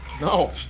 No